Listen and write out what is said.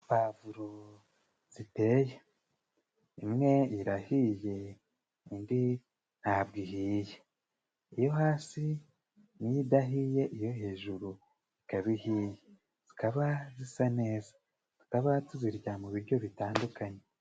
Pavuro ziteye imwe irahiye indi ntabwo ihiye iyo hasi niyo idahiye iyo hejuru ikaba ihiye zikaba zisa neza tukaba tuzirya mu biryo bitandukanye.